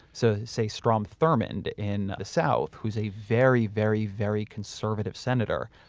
so say strom thurmond in the south, who's a very, very, very conservative senator,